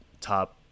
top